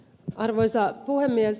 arvoisa puhemies